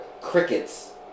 crickets